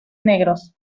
negros